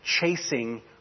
chasing